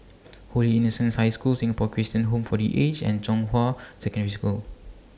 Holy Innocents' High School Singapore Christian Home For The Aged and Zhonghua Secondary School